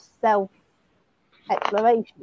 self-exploration